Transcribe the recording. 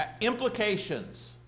implications